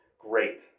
great